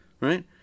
right